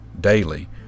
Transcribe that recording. Daily